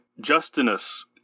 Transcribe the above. Justinus